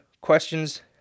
questions